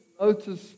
notice